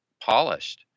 polished